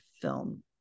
film